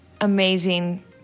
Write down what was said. amazing